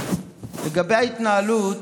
לגבי ההתנהלות,